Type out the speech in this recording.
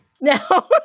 No